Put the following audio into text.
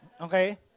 Okay